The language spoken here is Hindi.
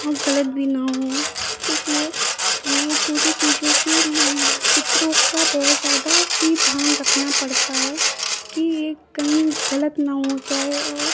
और गलत भी न हो इसलिए हमें छोटे चीज़ों के चित्रों का बहुत ज़्यादा ही ध्यान रखना पड़ता है कि यह कहीं गलत न हो जाए